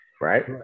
right